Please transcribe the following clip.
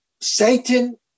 Satan